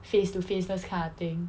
face to face those kind of thing